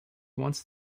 once